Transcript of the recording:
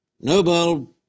Nobel